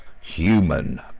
human